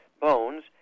bones